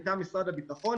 מטעם משרד הביטחון,